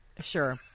Sure